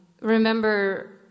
remember